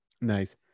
Nice